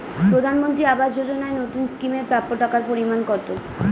প্রধানমন্ত্রী আবাস যোজনায় নতুন স্কিম এর প্রাপ্য টাকার পরিমান কত?